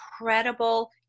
incredible